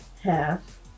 half